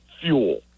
fuel